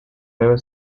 debe